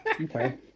Okay